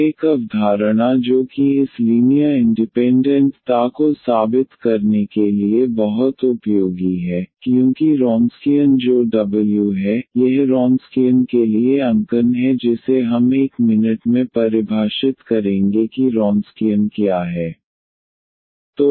और एक अवधारणा जो कि इस लीनियर इंडिपेंडेंट ता को साबित करने के लिए बहुत उपयोगी है क्योंकि Wronskian जो W है यह Wronskian के लिए अंकन है जिसे हम एक मिनट में परिभाषित करेंगे कि Wronskian क्या है